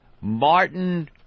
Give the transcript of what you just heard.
Martin